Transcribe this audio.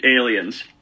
aliens